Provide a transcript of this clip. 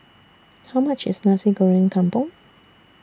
How much IS Nasi Goreng Kampung